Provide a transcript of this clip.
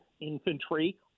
infantry